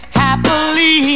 happily